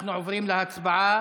אנחנו עוברים להצבעה.